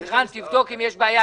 ערן, תבדוק אם יש בעיה.